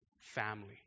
family